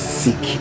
seek